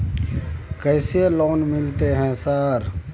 कैसे लोन मिलते है सर?